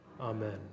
Amen